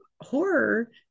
horror